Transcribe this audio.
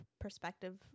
perspective